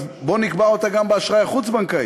אז בוא נקבע אותה גם באשראי החוץ-בנקאי,